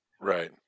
Right